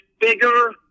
bigger